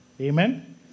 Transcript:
Amen